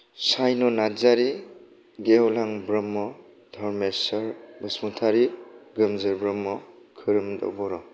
सायनु नार्जारी गेवलां ब्रह्म धर्मेश्वर बसुमतारि गोमजोर ब्रह्म खोरोमदाव बर'